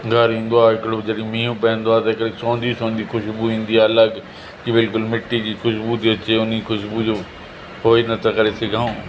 घर ईंदो आहे हिकिड़ो जॾहिं मींहुं पवंदो आहे त हिकिड़ी सोंधी सोंधी ख़ूशबूइ ईंदी आहे अलॻि की बिल्कुलु मिट्टी जी ख़ूशबूइ थी अचे उन ख़ूशबूइ जो उहो ई नथा करे सघूं